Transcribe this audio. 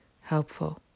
helpful